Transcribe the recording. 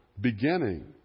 beginning